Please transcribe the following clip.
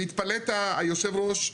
והתפלאת, יושב הראש,